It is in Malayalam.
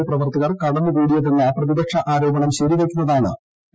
ഐ പ്രവർത്തകർ കടന്നു കൂടിയതെന്ന പ്രതിപക്ഷ ആരോപണം ശരിപ്പയ്ക്കുന്നതാണ് പി